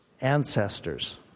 ancestors